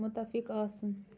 مُتفِق آسُن